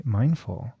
mindful